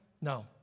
No